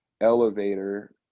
elevator